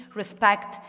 respect